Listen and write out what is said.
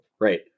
Right